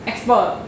Expert